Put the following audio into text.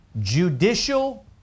Judicial